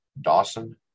Dawson